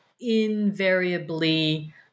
invariably